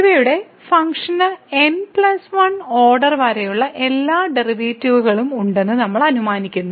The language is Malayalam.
ഇവിടെയുള്ള ഫംഗ്ഷന് n 1 ഓർഡർ വരെയുള്ള എല്ലാ ഡെറിവേറ്റീവുകളും ഉണ്ടെന്ന് നമ്മൾ അനുമാനിക്കുന്നു